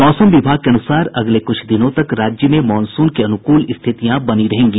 मौसम विभाग के अनुसार अगले कुछ दिनों तक राज्य में मॉनसून के अनुकूल स्थितियां बनी रहेगी